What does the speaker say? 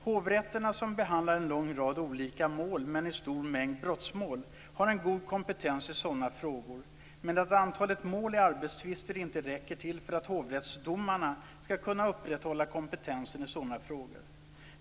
Hovrätterna, som behandlar en lång rad olika mål men en stor mängd brottmål, har en god kompetens i sådana frågor, men antalet mål i arbetstvister räcker inte till för att hovrättsdomarna skall kunna upprätthålla kompetensen i sådana frågor.